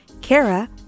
Kara